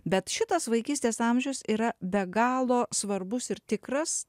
bet šitas vaikystės amžius yra be galo svarbus ir tikras